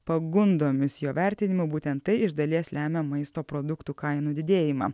pagundomis jo vertinimu būtent tai iš dalies lemia maisto produktų kainų didėjimą